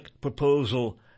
proposal